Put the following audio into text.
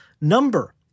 number